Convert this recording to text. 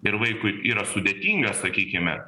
ir vaikui yra sudėtinga sakykime